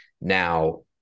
now